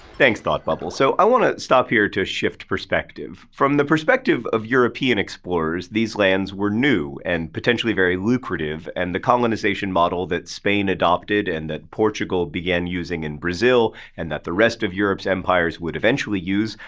thanks thought bubble. so i want to stop here to shift perspective from the perspective of european explorers, these lands were new, and potentially very lucrative, and the colonization model that spain adopted, and that portugal began using in brazil, and that the rest of europe's empires would eventually use,